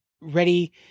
ready